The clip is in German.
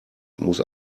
muss